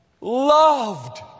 Loved